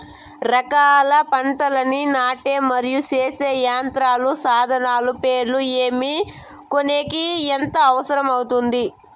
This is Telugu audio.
రకరకాల పంటలని నాటే మరియు కోసే యంత్రాలు, సాధనాలు పేర్లు ఏమి, కొనేకి ఎంత అవసరం అవుతుంది?